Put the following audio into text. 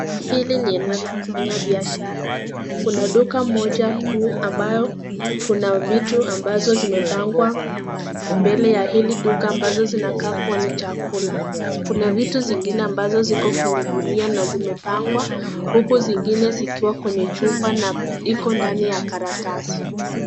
Hili ni eneo la kufanya biashara. Kuna duka moja kuu ambayo kuna vitu ambazo zimepangwa mbele ya hili duka ambazo zinakaa kuwa ni chakula. Kuna vitu zingine ambazo ziko kwenye gunia na zimepangwa huku zingine zikiwa kwenye chupa na iko ndani ya karatasi.